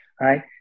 right